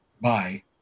bye